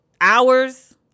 hours